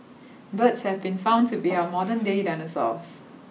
birds have been found to be our modern day dinosaurs